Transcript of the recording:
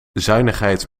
zuinigheid